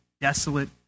desolate